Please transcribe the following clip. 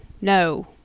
No